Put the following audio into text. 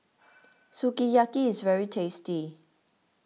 Sukiyaki is very tasty